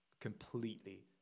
completely